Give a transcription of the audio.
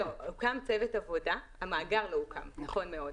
הוקם צוות עבודה, המאגר לא הוקם, נכון מאוד.